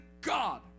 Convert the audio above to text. God